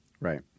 right